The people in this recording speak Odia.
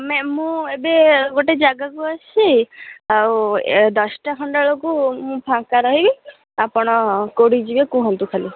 ମ୍ୟାମ୍ ମୁଁ ଏବେ ଗୋଟେ ଜାଗାକୁ ଆସିଛି ଆଉ ଏ ଦଶଟା ଖଣ୍ଡେ ବେଳକୁ ମୁଁ ଫାଙ୍କା ରହିବି ଆପଣ କେଉଁଠିକି ଯିବେ କୁହନ୍ତୁ ଖାଲି